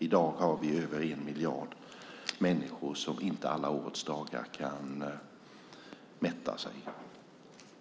I dag har vi över en miljard människor som inte kan äta sig mätta alla årets dagar,